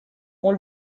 ont